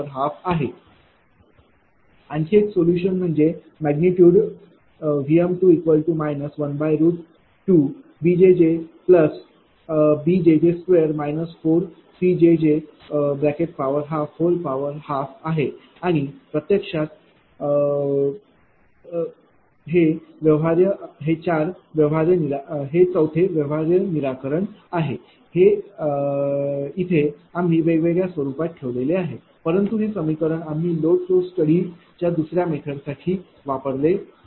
आहे 3 आणखी एक सोलुशन म्हणजे Vm2 12bjjb2jj 4cjj1212आणि प्रत्यक्षात हे व्यवहार्य निराकरण आहे इथे आम्ही समीकरणे वेगवेगळ्या स्वरूपात ठेवले आहे परंतु हे समीकरण आम्ही लोड फ्लो स्टडी च्या दुसर्या मेथडसाठी वापरले आहे